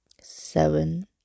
Seven